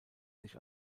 sich